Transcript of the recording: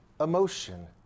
emotion